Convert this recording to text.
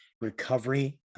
recovery